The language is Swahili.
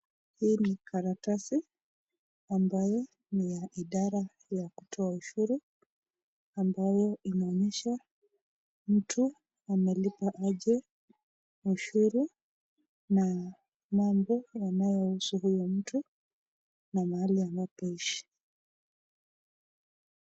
Hii ni karatasi ambayo ni ya idara ya kutoa ushuru ambayo imeonyesha mtu analipa aje ushuru na mambo yanayo husu huyu mtu na mahali anapoishi.